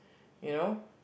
you know